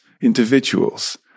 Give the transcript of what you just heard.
individuals